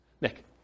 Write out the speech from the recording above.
Nick